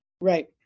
Right